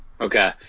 Okay